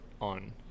on